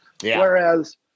whereas